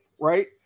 right